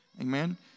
amen